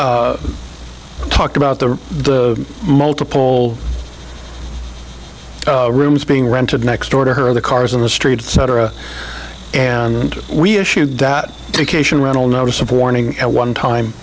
r talked about the multiple rooms being rented next door to her the cars on the street cetera and we issued that occasion rental notice of warning at one time